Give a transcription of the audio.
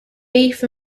beef